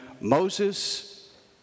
Moses